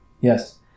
Yes